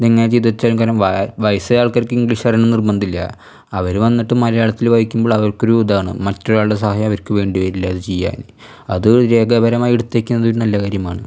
നിങ്ങൾ ചെയ്തേച്ചങ്കരം വയസ്സായ ആൾക്കാർക്ക് ഇംഗ്ലീഷ് അറിയണം നിർബന്ധില്യ അവർ വന്നിട്ട് മലയാളത്തിൽ വായിക്കുമ്പോൾ അവർക്കൊരു ഇതാണ് മറ്റൊരാൾടെ സഹായം അവർക്ക് വേണ്ടി വരില്യ അത് ചെയ്യാൻ അത് രേഖാപരമായെടുത്തേക്കുന്നൊരു നല്ല കാര്യമാണ്